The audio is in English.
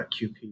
QP